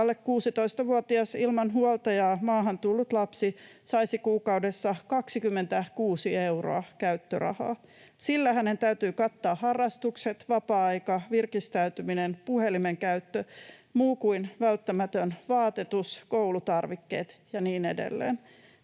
alle 16-vuotias ilman huoltajaa maahan tullut lapsi saisi kuukaudessa 26 euroa käyttörahaa. Sillä hänen täytyy kattaa harrastukset, vapaa-aika, virkistäytyminen, puhelimen käyttö, muu kuin välttämätön vaatetus, koulutarvikkeet ja niin edelleen.